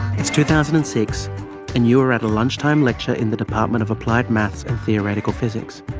it's two thousand and six and you are at a lunchtime lecture in the department of applied maths and theoretical physics.